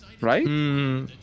Right